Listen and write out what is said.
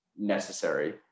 necessary